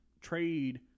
trade